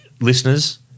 Listeners